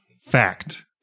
Fact